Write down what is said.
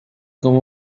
como